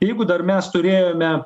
ir jeigu dar mes turėjome